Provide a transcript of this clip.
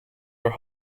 her